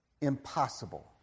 impossible